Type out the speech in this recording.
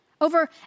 over